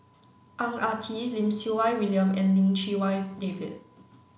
Ang Ah Tee Lim Siew Wai William and Lim Chee Wai David